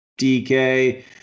dk